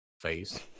face